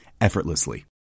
effortlessly